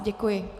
Děkuji.